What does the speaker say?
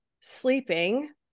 sleeping